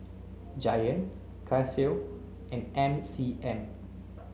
Giant Casio and M C M